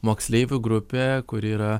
moksleivių grupė kuri yra